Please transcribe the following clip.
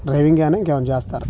డ్రైవింగేనా ఇంకా ఏమైనా చేస్తారా